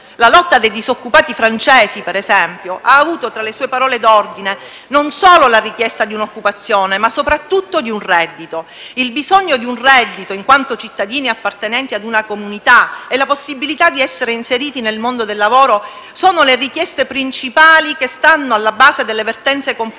La lotta dei disoccupati francesi - per esempio - ha avuto tra le sue parole d'ordine la richiesta non solo di un'occupazione, ma anche e soprattutto di un reddito. Il bisogno di un reddito, in quanto cittadini appartenenti a una comunità, e la possibilità di essere inseriti nel mondo del lavoro sono le richieste principali che stanno alla base delle vertenze conflittuali